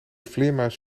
vleermuis